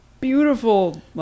beautiful